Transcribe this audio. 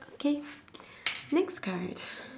okay next card